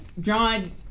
John